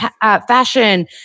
fashion